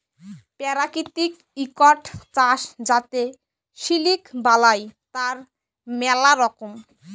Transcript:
পেরাকিতিক ইকট চাস যাতে সিলিক বালাই, তার ম্যালা রকম